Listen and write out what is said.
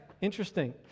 interesting